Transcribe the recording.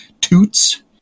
toots